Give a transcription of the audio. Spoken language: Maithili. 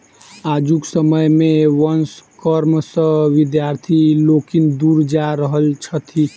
आजुक समय मे वंश कर्म सॅ विद्यार्थी लोकनि दूर जा रहल छथि